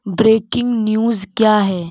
breaking news کیا ہے